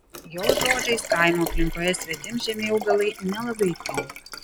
jo žodžiais kaimo aplinkoje svetimžemiai augalai nelabai tinka